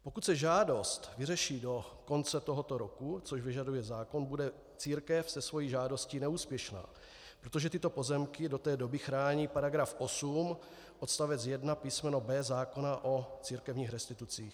Pokud se žádost vyřeší do konce tohoto roku, což vyžaduje zákon, bude církev se svou žádostí neúspěšná, protože tyto pozemky do té doby chrání § 8 odst. 1 písm. b) zákona o církevních restitucích.